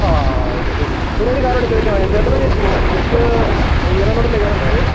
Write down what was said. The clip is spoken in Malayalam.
ആ ആ ഓക്കെ ശരി പിന്നെ ഒരു കാര്യം കൂടെ ചോദിക്കാനാണ് ക്ഷേത്രത്തിൽ പോ കുളിച്ച് ഈറനോടെ തന്നെ കേറണ്ടേ അതോ